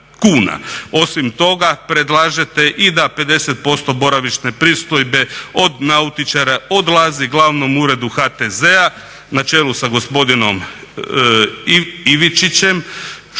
Osim toga predlažete i da 50% boravišne pristojbe od nautičara odlazi glavnom uredu HTZ-a na čelu sa gospodinom Ivičićem